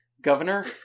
Governor